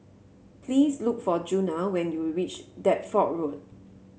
please look for Djuna when you reach Deptford Road